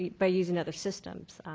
by using other systems.